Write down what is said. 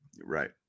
Right